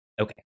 Okay